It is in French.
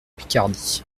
picardie